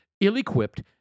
ill-equipped